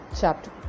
chapter